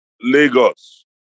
Lagos